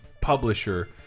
publisher